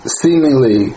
seemingly